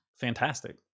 fantastic